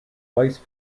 rice